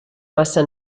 massa